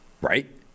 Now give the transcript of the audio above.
Right